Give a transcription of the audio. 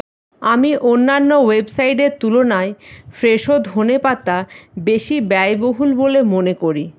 আমি অন্যান্য ওয়েবসাইটের তুলনায় ফ্রেশো ধনে পাতা বেশি ব্যয়বহুল বলে মনে করি